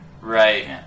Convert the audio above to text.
Right